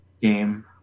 game